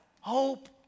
hope